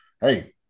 hey –